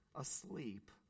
asleep